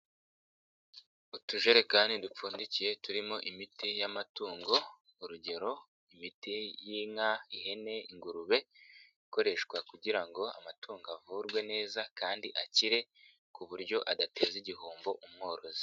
Utujerekani dupfundikiye turimo imiti y'amatungo urugero imiti y'inka, ihene, ingurube, ikoreshwa kugira ngo amatungo avurwe neza kandi akire ku buryo adateza igihombo umworozi.